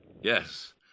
Yes